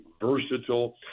versatile